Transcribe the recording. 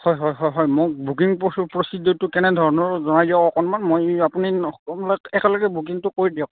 হয় হয় হয় হয় মোক বুকিং প্ৰচিডিঅ'ৰটো কেনে ধৰণৰ জনাই দিয়ক অকণমান মই আপুনি একেলগে বুকিংটো কৰি দিয়ক